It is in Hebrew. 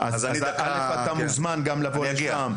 אליפויות אירופה וכנסים ענקיים.